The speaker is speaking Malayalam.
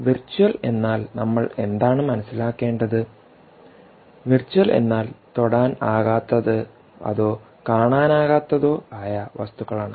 വെർച്ചൽ എന്നാൽ നമ്മൾ എന്താണ് മനസ്സിലാക്കേണ്ടത് വെർച്ചൽ എന്നാൽ തൊടാൻ ആകാത്തത് അതോ കാണാനാകാത്ത ആയ വസ്തുക്കളാണ്